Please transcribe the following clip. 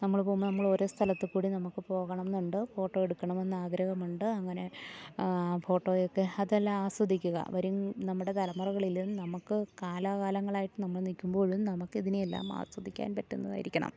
നമ്മൾ പോകുമ്പോൾ നമ്മളോരോ സ്ഥലത്തു കൂടി നമുക്ക് പോകണമെന്നുണ്ട് ഫോട്ടോയെടുക്കണമെന്നാഗ്രഹമുണ്ട് അങ്ങനെ ഫോട്ടോയൊക്കെ അതെല്ലാം ആസ്വദിക്കുക വരും നമ്മുടെ തലമുറകളിൽ നമുക്ക് കാലാകാലങ്ങളായിട്ട് നമ്മൾ നിൽക്കുമ്പോഴും നമുക്കിതിനെയെല്ലാം ആസ്വദിക്കാൻ പറ്റുന്നതായിരിക്കണം